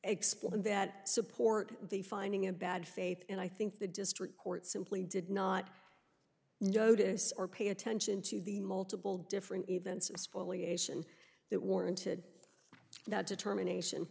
explain that support the finding a bad faith and i think the district court simply did not notice or pay attention to the multiple different events as fully ation that warranted that determination